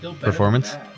performance